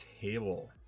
table